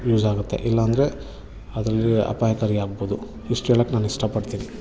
use ಆಗತ್ತೆ ಇಲ್ಲ ಅಂದರೆ ಅದರಲ್ಲಿ ಅಪಾಯಕಾರಿ ಆಗ್ಬೋದು ಇಷ್ಟು ಹೇಳಕ್ ನಾನು ಇಷ್ಟಪಡ್ತೀನಿ